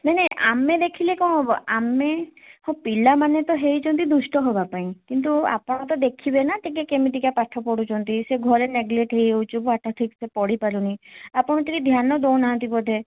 ନାଇଁ ନାଇଁ ଆମେ ଦେଖିଲେ କ'ଣ ହେବ ଆମେ ହଁ ପିଲାମାନେ ତ ହେଇଛନ୍ତି ଦୁଷ୍ଟ ହେବାପାଇଁ କିନ୍ତୁ ଆପଣ ତ ଦେଖିବେନା ଟିକିଏ କେମିତିକା ପାଠ ପଢ଼ୁଛନ୍ତି ସିଏ ଘରେ ନେଗଲେଟ୍ ହେଇଯାଉଛି ପାଠ ଠିକ୍ ସେ ପଢ଼ିପାରୁନି ଆପଣ ଟିକିଏ ଧ୍ୟାନ ଦେଉନାହାନ୍ତି ବୋଧେ